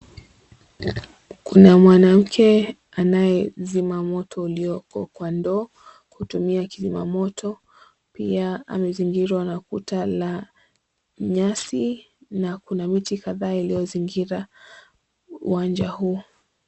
Kuna mwanamke anayezima moto ulioko kwa ndoo, kutumia kizima moto. Pia amezingirwa na kuta la nyasi na kuna miti kadhaa iliyozingira uwanja huo.